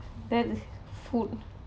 that's food